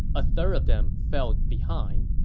a third of them fell behind,